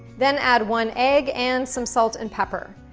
then add one egg and some salt and pepper.